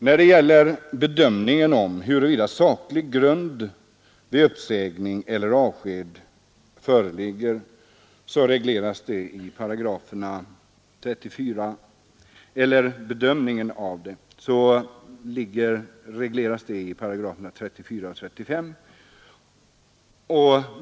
När det gäller bedömningen av huruvida saklig grund vid uppsägning eller avsked föreligger regleras detta i 34 8 och 35 §.